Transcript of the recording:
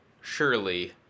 surely